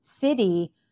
city